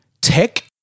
tech